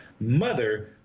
mother